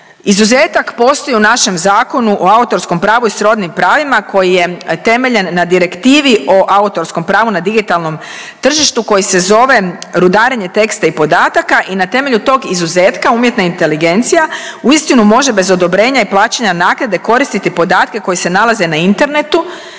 Izuzetak postoji u našem Zakonu o autorskom pravu i srodnim pravima koji je temeljen na Direktivi o autorskom pravu na digitalnom tržištu koji se zove rudarenje teksta i podataka i na temelju tog izuzetka umjetna inteligencija uistinu može bez odobrenja i plaćanja naknade koristiti podatke koji se nalaze na internetu